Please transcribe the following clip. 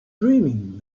dreaming